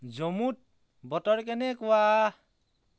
জম্মুত বতৰ কেনেকুৱা